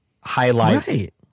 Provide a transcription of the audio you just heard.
highlight